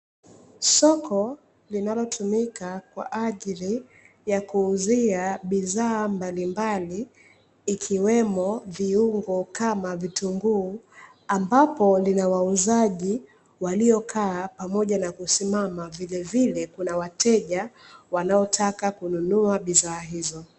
Soko linalotumika kwaajili ya kuuzia bidhaa mbalimbali ikiwemo viungo kama vituguu, ambapo lina wauzaji waliokaa pamoja na kusimama vilevile kuna wateja wanaotaka kununua bidhaa hizo.